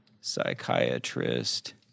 psychiatrist